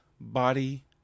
Body